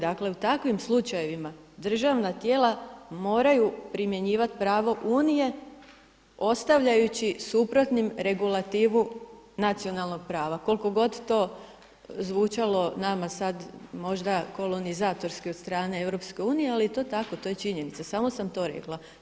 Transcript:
Dakle, u takvim slučajevima državna tijela moraju primjenjivati pravo Unije ostavljajući suprotnim regulativu nacionalnog prava koliko god to zvučalo nama sad možda kolonizatorski od strane EU, ali to je tako, to je činjenica, samo sam to rekla.